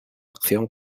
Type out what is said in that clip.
acción